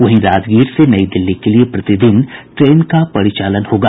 वहीं राजगीर से नई दिल्ली के लिए प्रतिदिन ट्रेन का परिचालन होगा